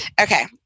Okay